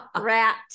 Rat